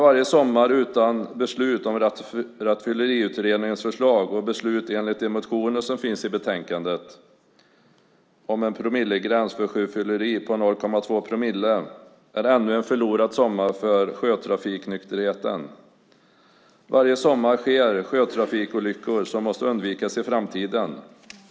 Varje sommar utan beslut om Rattfylleriutredningens förslag och beslut enligt de motioner som finns i betänkandet om en gräns för sjöfylleri på 0,2 promille är ännu en förlorad sommar för sjötrafiknykterheten. Varje sommar sker sjötrafikolyckor som måste undvikas i framtiden.